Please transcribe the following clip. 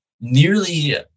Nearly